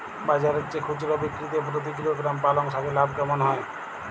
বাজারের চেয়ে খুচরো বিক্রিতে প্রতি কিলোগ্রাম পালং শাকে লাভ কেমন হয়?